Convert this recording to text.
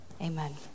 Amen